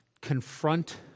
confront